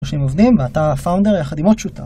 אנשים עובדים ואתה פאונדר יחד עם עוד שותף